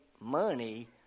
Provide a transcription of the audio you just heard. money